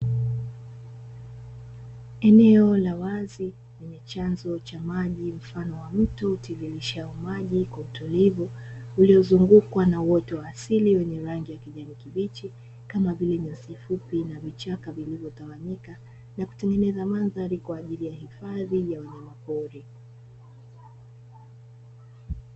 Eneo la wazi lenye chanzo cha maji mfano wa mto utirirshao maji kwa utulivu uliozungukwa na uoto wa asili wa kijani kibichi kama vile: nyasi fupi na vichaka vilivyotawanyika na kutengeneza mandhari kwa ajili ya hifadhi ya wanyamapori.